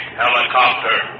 helicopter